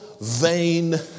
vain